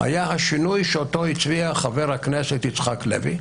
היה השינוי שאותו הציע חבר הכנסת יצחק לוי,